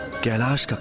ganesh